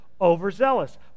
overzealous